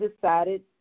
decided